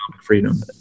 freedom